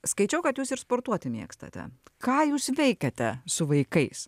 skaičiau kad jūs ir sportuoti mėgstate ką jūs veikiate su vaikais